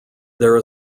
there